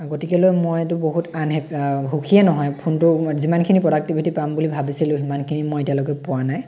গতিকে লৈ মই এইটো বহুত আনহে সুখীয়ে নহয় ফোনটো যিমানখিনি প্ৰডাক্টিভিটি পাম বুলি ভাবিছিলো সিমানখিনি মই এতিয়ালৈকে পোৱা নাই